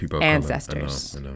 ancestors